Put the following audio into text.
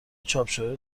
چاپشده